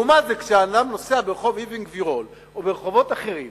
ולעומת זאת כשאדם נוסע ברחוב אבן-גבירול או ברחובות אחרים